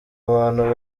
abantu